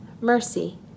mercy